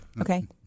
Okay